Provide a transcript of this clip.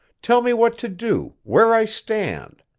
tell me what to do where i stand.